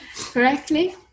correctly